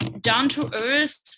down-to-earth